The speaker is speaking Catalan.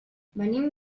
venim